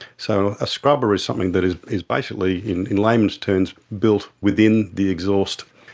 so a scrubber is something that is is basically, in in layman's terms, built within the exhaust,